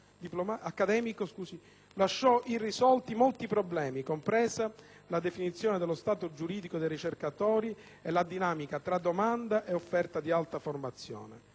lasciò irrisolti molti problemi, compresa la definizione dello stato giuridico dei ricercatori e la dinamica tra la domanda e l'offerta di alta formazione.